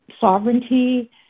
sovereignty